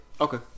okay